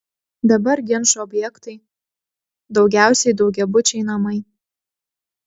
dabar ginčų objektai daugiausiai daugiabučiai namai